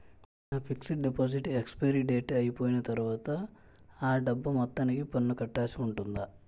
నా fixed deposit expiry date అయిపోయిన తర్వాత అ డబ్బు మొత్తానికి పన్ను కట్టాల్సి ఉంటుందా?